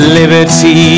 liberty